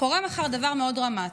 קורה מחר דבר מאוד דרמטי.